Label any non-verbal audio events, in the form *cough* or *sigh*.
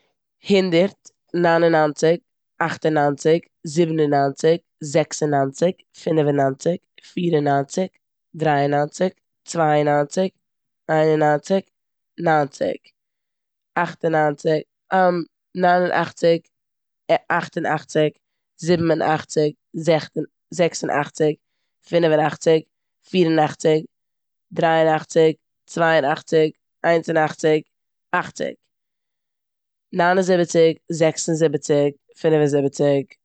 הונדערט, ניין און ניינציג, אכט און ניינציג, זיבן און ניינציג, זעקס און ניינציג, פינף און ניינציג, פיר און ניינציג, דריי און ניינציג, צוויי און ניינציג, איין און ניינציג, ניינציג. אכט און ניינציג, *hesitation* ניין און אכציג, אכט און אכציג, זיבן און אכציג, זעכ- זעקס און אכציג, פינף און אכציג, פיר און אכציג, דריי און אכציג, צוויי און אכציג, איינס און אכציג, אכציג. ניין און זיבעציג, זעקס און זיבעציג, פינף און זיבעציג.